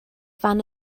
fan